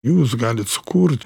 jūs galit sukurt